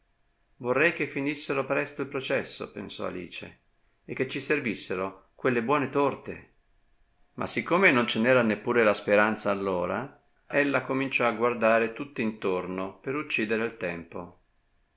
vorrei che finissero presto il processo pensò alice e che ci servissero quelle buone torte ma siccome non ce n'era neppure la speranza allora ella cominciò a guardare tutt'intorno per uccidere il tempo